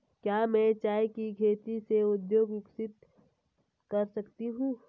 क्या मैं चाय की खेती से उद्योग विकसित कर सकती हूं?